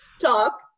talk